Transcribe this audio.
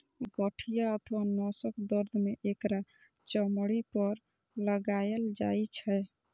गठिया अथवा नसक दर्द मे एकरा चमड़ी पर लगाएल जाइ छै